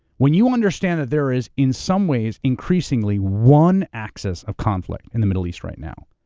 when you understand that there is in some ways, increasingly one axis of conflict in the middle east right now.